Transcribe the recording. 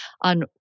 on